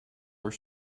are